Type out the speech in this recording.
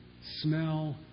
smell